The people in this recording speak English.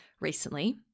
recently